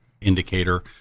indicator